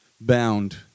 bound